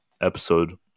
episode